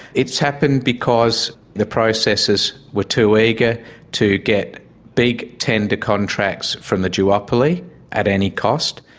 it's happened because the processors were too eager to get big tender contracts from the duopoly at any cost.